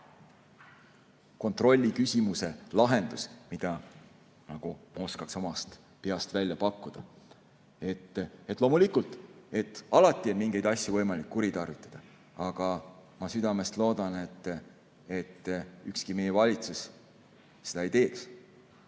kontrolli küsimuse lahendus, mida ma oskan omast peast välja pakkuda. Loomulikult, alati on mingeid asju võimalik kuritarvitada, aga ma südamest loodan, et ükski meie valitsus seda ei tee.